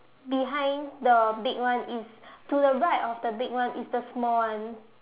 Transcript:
behind the big one is to the right of the big one is the small one